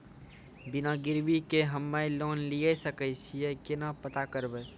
बिना गिरवी के हम्मय लोन लिये सके छियै केना पता करबै?